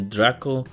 Draco